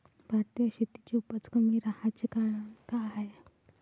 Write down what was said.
भारतीय शेतीची उपज कमी राहाची कारन का हाय?